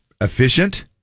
efficient